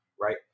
right